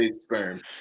sperm